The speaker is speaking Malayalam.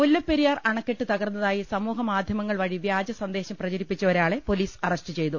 മുല്ലപ്പെരിയാർ അണക്കെട്ട് തകർന്നതായി സമൂഹ മാധ്യമ ങ്ങൾ വഴി വ്യാജ സന്ദേശം പ്രചരിപ്പിച്ച ഒരാളെ പൊലീസ് അറസ്റ്റ് ചെയ്തു